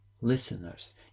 listeners